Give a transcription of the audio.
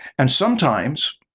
and sometimes,